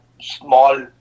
small